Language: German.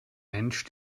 mensch